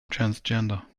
transgender